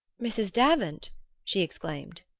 mrs. davant she exclaimed.